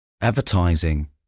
advertising